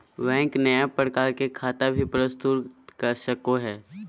bank नया प्रकार के खता भी प्रस्तुत कर सको हइ